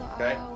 okay